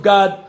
God